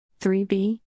3b